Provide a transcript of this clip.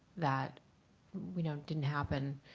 that you know didn't happen.